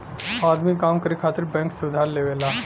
आदमी काम करे खातिर बैंक से उधार लेवला